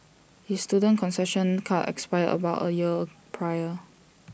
his student concession card expired about A year prior